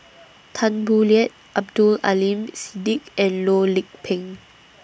Tan Boo Liat Abdul Aleem Siddique and Loh Lik Peng